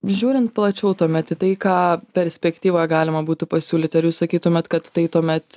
žiūrint plačiau tuomet į tai ką perspektyvoje galima būtų pasiūlyt ar jūs sakytumėt kad tai tuomet